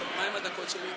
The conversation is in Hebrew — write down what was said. מה עם הדקות שלי?